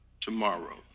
tomorrow